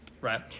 right